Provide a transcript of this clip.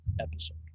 episode